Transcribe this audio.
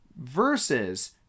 versus